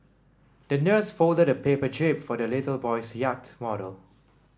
the nurse folded a paper jib for the little boy's yacht model